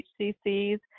HCCs